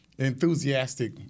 Enthusiastic